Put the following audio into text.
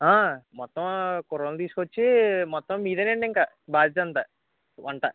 మొత్తం కుర్రోళ్ళని తీసుకొచ్చీ మొత్తం మీదేనండి ఇంక బాధ్యతంతా వంట